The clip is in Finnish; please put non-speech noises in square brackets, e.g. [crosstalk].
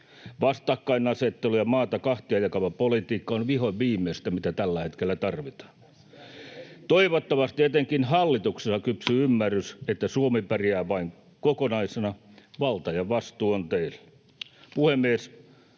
Vastakkainasettelu ja maata kahtia jakava politiikka on vihonviimeistä, mitä tällä hetkellä tarvitaan. [Johannes Koskisen välihuuto] Toivottavasti etenkin hallituksessa kypsyy [noise] ymmärrys, että Suomi pärjää vain kokonaisena. Valta ja vastuu on teillä.